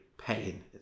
pain